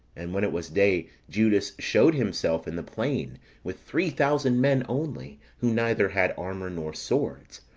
and when it was day, judas shewed himself in the plain with three thousand men only, who neither had armour nor swords